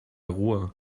ruhe